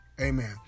amen